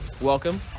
Welcome